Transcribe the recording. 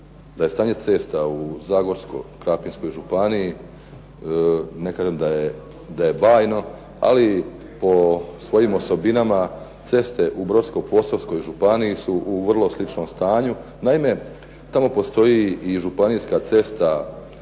da je stanje cesta u Zagorsko-krapinskoj županiji ne kažem da je bajno, ali po svojim osobinama ceste u Brodsko-posavskoj županiji su u vrlo sličnom stanju. Naime, tamo postoji i županijska cesta,